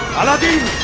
aladdin